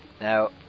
Now